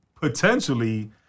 potentially